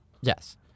Yes